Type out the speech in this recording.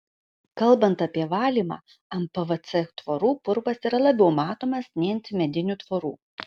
kalbant apie valymą ant pvc tvorų purvas yra labiau matomas nei ant medinių tvorų